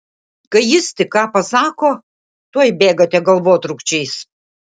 kai jis tik ką pasako tuoj bėgate galvotrūkčiais